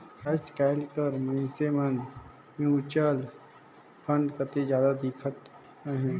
आएज काएल कर मइनसे मन म्युचुअल फंड कती जात दिखत अहें